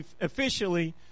officially